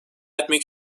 etmek